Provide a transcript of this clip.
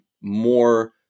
more